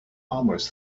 almost